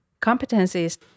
competencies